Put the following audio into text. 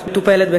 מטופלת בקנאביס.